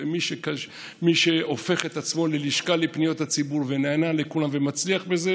מי שהופך את עצמו ללשכה לפניות הציבור ונענה לכולם ומצליח בזה,